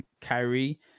Kyrie